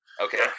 Okay